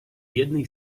jednej